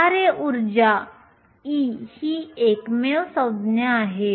कार्य ऊर्जा E ही एकमेव संज्ञा आहे